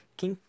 quem